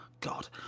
God